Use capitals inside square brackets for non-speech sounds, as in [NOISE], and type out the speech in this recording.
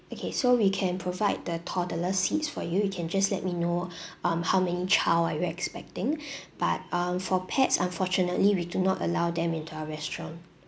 okay so we can provide the toddler seats for you you can just let me know [BREATH] um how many child are you expecting [BREATH] but um for pets unfortunately we do not allow them into our restaurant